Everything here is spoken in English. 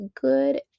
good